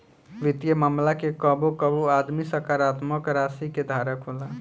वित्तीय मामला में कबो कबो आदमी सकारात्मक राशि के धारक होला